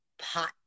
pot